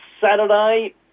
Saturday